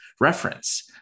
reference